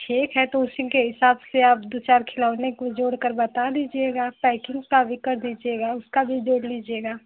ठीक है तो उसी के हिसाब से आप दो चार खिलौने को जोड़कर बता दीजिएगा पैकिंग का भी कर दीजिएगा उसका भी जोड़ लीजिएगा